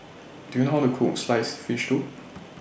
Do YOU know How to Cook Sliced Fish Soup